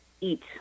eat